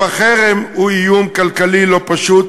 גם החרם הוא איום כלכלי לא פשוט,